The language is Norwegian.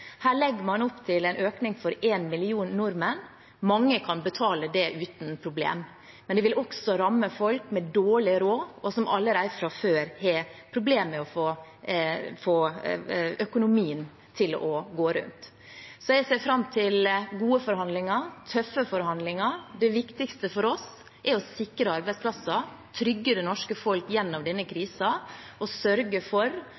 Her legger man opp til en økning for én million nordmenn. Mange kan betale det uten problemer, men det vil også ramme folk med dårlig råd, og som allerede fra før har problemer med å få økonomien til å gå rundt. Jeg ser fram til gode forhandlinger, tøffe forhandlinger. Det viktigste for oss er å sikre arbeidsplasser, trygge det norske folk gjennom denne krisen og sørge for